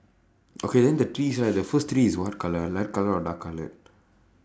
okay then the trees right the first tree is what colour light colour or dark coloured